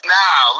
now